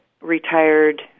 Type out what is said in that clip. retired